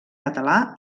català